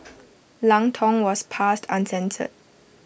Lang Tong was passed uncensored